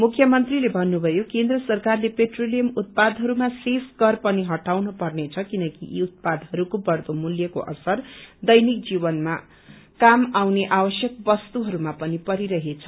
मुख्य मंत्रीले भन्नुभयो केन्द्र सरकारले पेट्रोलियम उत्पादहरूमा सेस कर पनि हटाउन पर्नेछ किनकि यी उउत्पादहरूको बढ़दो मूल्यको असर दैनिक जीवनमा काम आउने आवश्यक वस्तुहरूमा पनि परिरहेछ